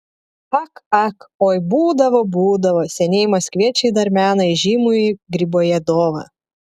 ak ak oi būdavo būdavo senieji maskviečiai dar mena įžymųjį gribojedovą